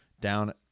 Down